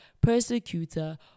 persecutor